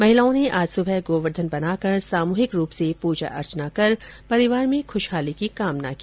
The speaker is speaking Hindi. महिलाओं ने आज सुबह गोवर्धन बनाकर सामूहिक रूप से पूजा अर्चना कर परिवार में ख्शहाली की कामनाएं की